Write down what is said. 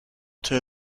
till